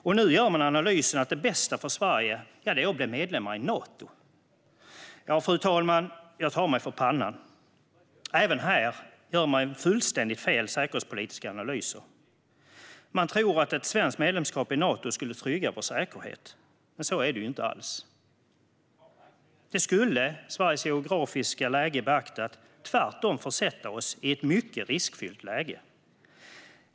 Och nu gör man analysen att det bästa för Sverige är att bli medlem i Nato. Ja, fru talman, jag tar mig för pannan. Även här gör man fullständigt fel säkerhetspolitiska analyser. Man tror att ett svenskt medlemskap i Nato skulle trygga vår säkerhet, men så är det inte alls. Det skulle, Sveriges geografiska läge beaktat, tvärtom försätta oss i ett mycket riskfyllt läge.